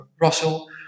Russell